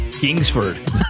Kingsford